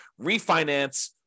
refinance